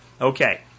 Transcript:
Okay